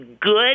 good